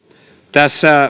tässä